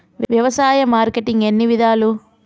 వ్యవసాయ మార్కెటింగ్ ఎన్ని విధాలు?